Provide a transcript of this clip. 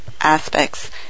aspects